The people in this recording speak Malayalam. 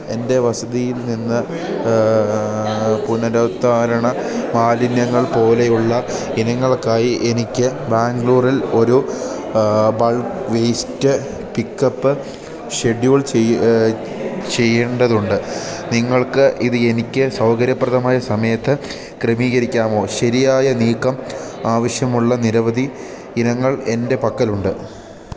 എൻ്റെ വസതിയിൽ നിന്ന് പുനരുദ്ധാരണ മാലിന്യങ്ങൾ പോലെയുള്ള ഇനങ്ങൾക്കായി എനിക്ക് ബാംഗ്ലൂരിൽ ഒരു ബൾക് വേസ്റ്റ് പിക്കപ്പ് ഷെഡ്യൂൾ ചെയ്യേണ്ടതുണ്ട് നിങ്ങൾക്ക് ഇത് എനിക്ക് സൗകര്യപ്രദമായ സമയത്ത് ക്രമീകരിക്കാമോ ശരിയായ നീക്കം ആവശ്യമുള്ള നിരവധി ഇനങ്ങൾ എൻ്റ പക്കലുണ്ട്